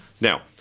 Now